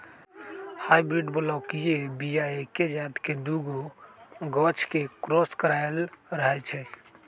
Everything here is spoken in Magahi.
हाइब्रिड बलौकीय बीया एके जात के दुगो गाछ के क्रॉस कराएल रहै छै